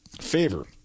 favor